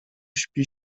śpi